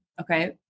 Okay